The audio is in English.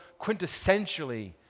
quintessentially